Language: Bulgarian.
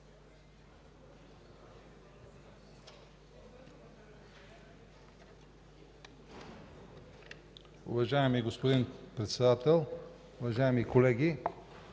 Уважаеми господин Председател, уважаеми колеги!